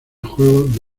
juego